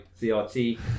CRT